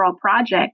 project